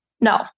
No